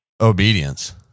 Obedience